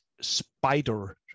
spider